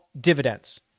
dividends